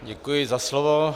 Děkuji za slovo.